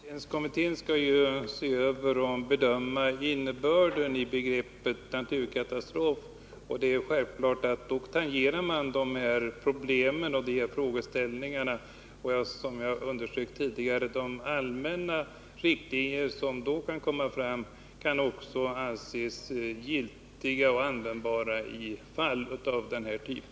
Fru talman! Räddningstjänstkommittén skall ju se över och bedöma innebörden av begreppet naturkatastrof, och det är självklart att man måste tangera de här problemen och frågeställningarna. Såsom jag underströk tidigare kan de allmänna riktlinjer som då kan komma fram anses giltiga och användbara i fall av den här typen.